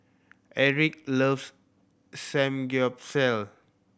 Eric loves Samgyeopsal